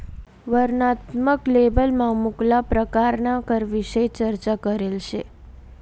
वर्णनात्मक लेबलमा मुक्ला परकारना करविषयी चर्चा करेल शे